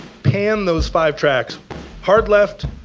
pan those five tracks hard left,